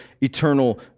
eternal